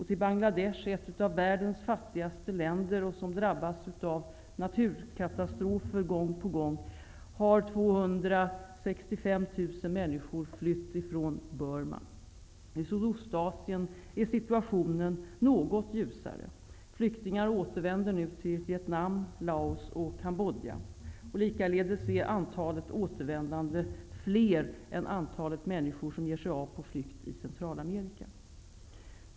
Till Bangladesh, ett av världens fattigaste länder och som drabbas av naturkatastrofer gång på gång, har 265 000 människor flytt från Burma. I Sydostasien är situationen något ljusare. Flyktingar återvänder nu till Vietnam, Laos och Kambodja. Likaledes är antalet återvändande större än antalet människor som ger sig av på flykt i Centralamerika.